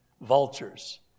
vultures